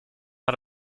out